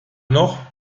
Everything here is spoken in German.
noch